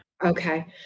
Okay